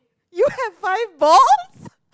you have five balls